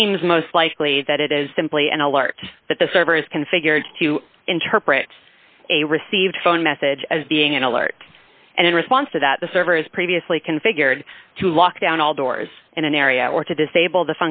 seems most likely that it is simply an alert that the server is configured to interpret a received phone message as being an alert and in response to that the server has previously configured to lock down all doors in an area or to disable